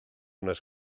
nos